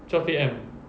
twelve A_M